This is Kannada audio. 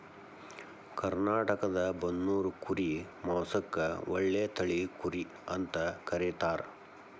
ಕರ್ನಾಟಕದ ಬನ್ನೂರು ಕುರಿ ಮಾಂಸಕ್ಕ ಒಳ್ಳೆ ತಳಿ ಕುರಿ ಅಂತ ಕರೇತಾರ